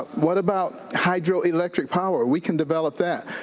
what about hydroelectric power? we can develop that,